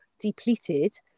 depleted